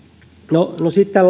no no sitten